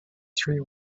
three